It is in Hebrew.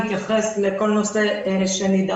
נתייחס לכל נושא שנידרש.